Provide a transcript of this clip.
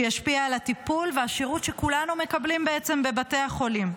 שישפיע על הטיפול והשירות שכולנו מקבלים בבתי החולים.